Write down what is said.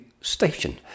station